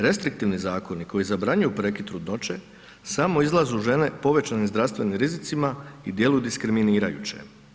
Restriktivni zakoni koji zabranjuju prekid trudnoće samo izlazu žene povećane zdravstvenim rizicima i djeluju diskriminirajuće.